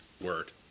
word